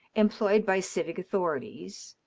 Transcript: employed by civic authorities.